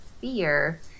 fear